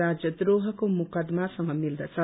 राजद्रोहको मुकदमासँग मिल्दछ